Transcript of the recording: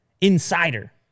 insider